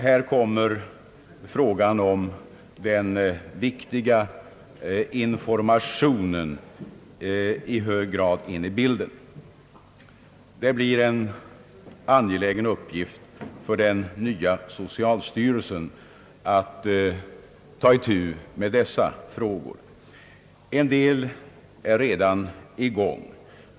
Här kommer frågan om den viktiga informationen i hög grad in i bilden. Det blir en angelägen uppgift för den nya socialstyrelsen att ta itu med dessa frågor. En del är redan i gång.